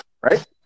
Right